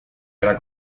era